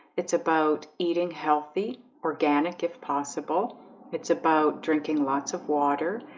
it's about eating healthy organic if possible it's about drinking lots of water.